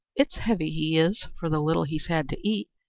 it's heavy he is for the little he had to eat.